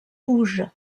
rouge